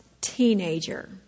teenager